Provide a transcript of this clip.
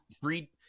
three